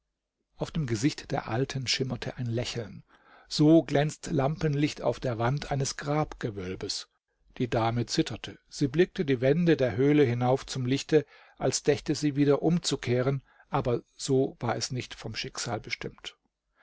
auf dem gesicht der alten schimmerte ein lächeln so glänzt lampenlicht auf der wand eines grabgewölbes die dame zitterte sie blickte die wände der höhle hinauf zum lichte als dächte sie wieder umzukehren aber so war es nicht vom schicksal bestimmt